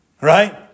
Right